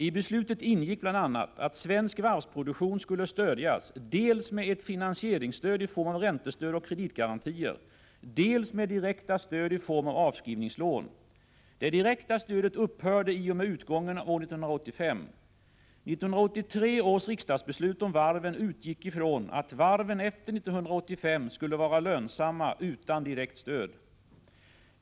I beslutet ingick bl.a. att svensk varvsproduktion skulle stödjas dels med ett finansieringsstöd i form av räntestöd och kreditgarantier, dels med direkta stöd i form av avskrivningslån. Det direkta stödet upphörde i och med utgången av år 1985. 1983 års riksdagsbeslut om varven utgick ifrån att varven efter år 1985 skulle vara lönsamma utan direkt stöd.